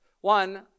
One